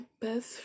best